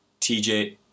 TJ